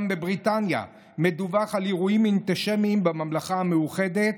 גם בבריטניה מדווח על אירועים אנטישמיים בממלכה המאוחדת,